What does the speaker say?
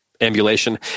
ambulation